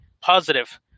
positive